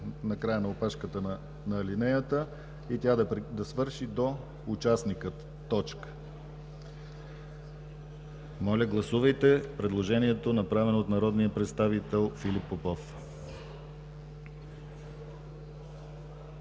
накрая на опашката на алинеята и тя да свърши до „участникът”. Моля, гласувайте предложението, направено от народния представител Филип Попов.